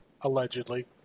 Allegedly